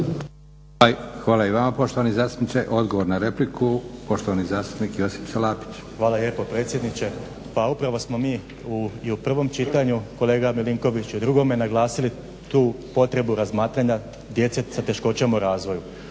Hvala i vama poštovani zastupniče. Odgovor na repliku, poštovani zastupnik Josip Salapić. **Salapić, Josip (HDSSB)** Hvala lijepa predsjedniče. Pa upravo smo mi i u prvom čitanju kolega Milinkoviću i u drugome naglasili tu potrebu razmatranja djece sa teškoćama u razvoju.